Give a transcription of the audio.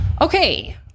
Okay